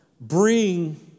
bring